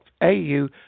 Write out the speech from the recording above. au